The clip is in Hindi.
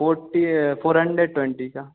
फोर्टी फोर हंड्रेड ट्वेंटी का